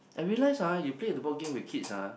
I realise ah you play the board game with kids ah